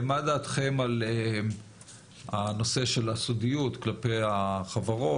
מה דעתכם על הנושא של הסודיות כלפי החברות?